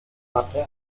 watte